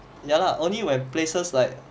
ya lah only where places like